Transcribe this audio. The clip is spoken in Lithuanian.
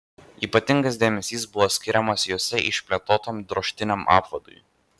ypatingas dėmesys buvo skiriamas juose išplėtotam drožtiniam apvadui